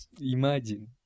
Imagine